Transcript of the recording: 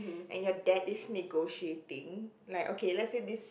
and your dad is negotiating like okay let's say this